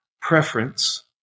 preference